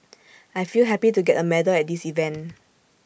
I feel happy to get A medal at this event